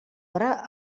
hora